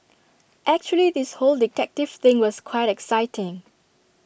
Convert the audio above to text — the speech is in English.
actually this whole detective thing was quite exciting